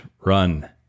run